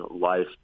life